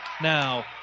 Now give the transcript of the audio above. now